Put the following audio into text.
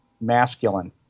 masculine